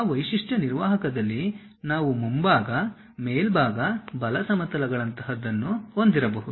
ಆ ವೈಶಿಷ್ಟ್ಯ ನಿರ್ವಾಹಕದಲ್ಲಿ ನಾವು ಮುಂಭಾಗ ಮೇಲ್ಭಾಗ ಬಲ ಸಮತಲ ಗಳಂತಹದ್ದನ್ನು ಹೊಂದಿರಬಹುದು